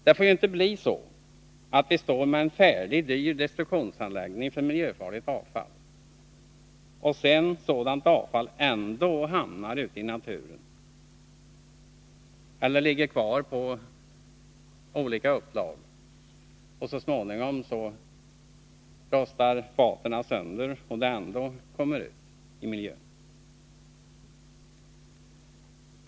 Det får ju inte bli så, att vi står med en färdig, och dyr, destruktionsanläggning för miljöfarligt avfall, om avfallet ändå hamnar ute i naturen eller ligger kvar på olika upplag. I så fall rostar så småningom faten sönder, så att giftet ändå kommer ut i naturen.